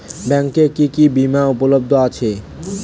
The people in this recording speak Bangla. ব্যাংকে কি কি বিমা উপলব্ধ আছে?